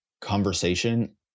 conversation